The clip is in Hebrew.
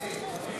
אני.